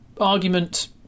argument